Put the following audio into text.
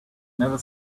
never